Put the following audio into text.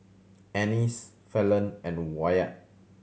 Annis Fallon and Wyatt